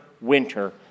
winter